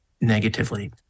negatively